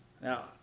Now